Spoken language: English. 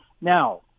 now